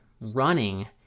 running